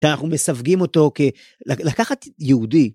אנחנו מסווגים אותו כ.. לקחת יהודי.